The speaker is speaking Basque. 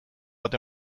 bat